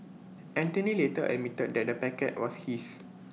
Anthony later admitted that the packet was his